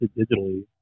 digitally